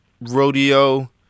rodeo